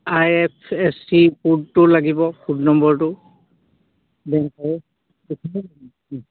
আই F S C ক'ডটো লাগিব code নম্বৰটো